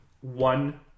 one